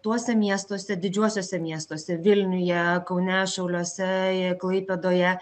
tuose miestuose didžiuosiuose miestuose vilniuje kaune šiauliuose i klaipėdoje